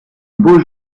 beau